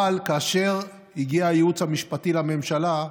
אבל כאשר הגיע הייעוץ המשפטי לממשלה,